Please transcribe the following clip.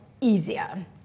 easier